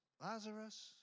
Lazarus